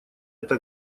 это